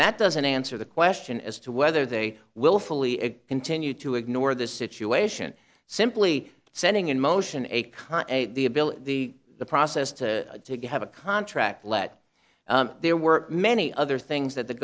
that doesn't answer the question as to whether they willfully continue to ignore the situation simply setting in motion a con the ability the the process to have a contract let there were many other things that the